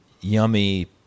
yummy